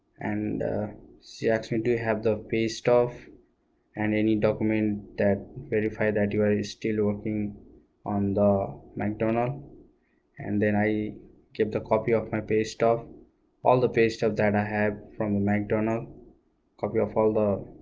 and she asked me to have the pay stuff and any document that verify that you are is still working on the macdonalds and then i gave a copy of my pay stuff all the paste of that i have from mcdonald copy of all the